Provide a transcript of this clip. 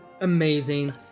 Amazing